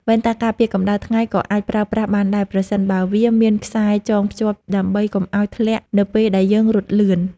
វ៉ែនតាការពារកម្តៅថ្ងៃក៏អាចប្រើប្រាស់បានដែរប្រសិនបើវាមានខ្សែចងភ្ជាប់ដើម្បីកុំឱ្យធ្លាក់នៅពេលដែលយើងរត់លឿន។